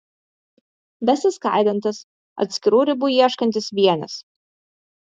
besiskaidantis atskirų ribų ieškantis vienis